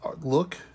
look